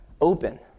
open